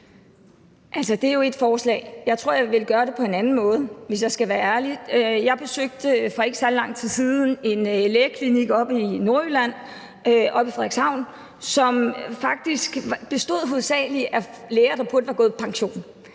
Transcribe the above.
det er jo ét forslag. Jeg tror, jeg ville gøre det på en anden måde, hvis jeg skal være ærlig. Jeg besøgte for ikke særlig lang tid siden en lægeklinik oppe i Nordjylland, i Frederikshavn, som faktisk hovedsagelig bestod af læger, der burde være gået på pension.